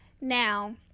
Now